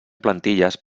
plantilles